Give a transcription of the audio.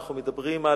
אנחנו מדברים על